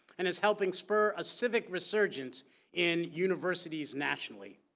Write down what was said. and it's helping spur a civic resurgence in universities nationally.